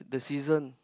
the season